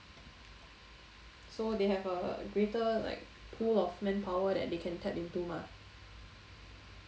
so they have a like a greater pool of manpower that they can tap into mah